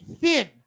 thin